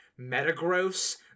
Metagross